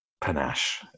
panache